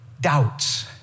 doubts